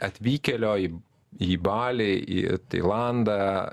atvykėlio į į balį į tailandą